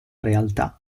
realtà